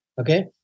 Okay